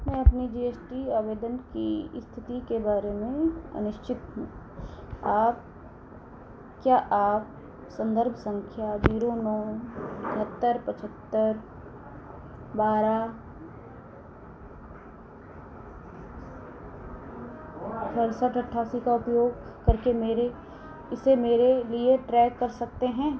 मैं अपनी G S T आवेदन की स्थिति के बारे में अनिश्चित आप क्या आप संदर्भ संख्या जीरो नौ तिहत्तर पचहत्तर बारह अठासी का उपयोग करके मेरे इसे मेरे लिए ट्राइ कर सकते हैं